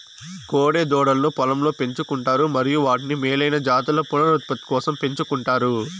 కోడె దూడలను పొలంలో పెంచు కుంటారు మరియు వాటిని మేలైన జాతుల పునరుత్పత్తి కోసం పెంచుకుంటారు